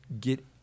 get